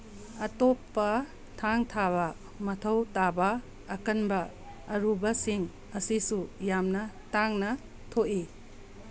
ꯑꯇꯣꯞꯄ ꯊꯥꯡ ꯊꯥꯕ ꯃꯊꯧ ꯇꯥꯕ ꯑꯀꯟꯕ ꯑꯔꯨꯕꯁꯤꯡ ꯑꯁꯤꯁꯨ ꯌꯥꯝꯅ ꯇꯥꯡꯅ ꯊꯣꯛꯏ